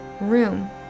room